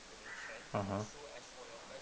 mmhmm